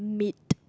meat